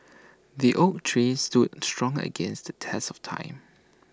the oak tree stood strong against the test of time